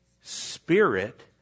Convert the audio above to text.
spirit